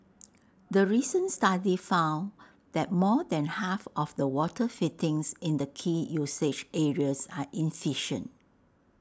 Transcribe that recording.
the recent study found that more than half of the water fittings in the key usage areas are efficient